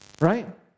right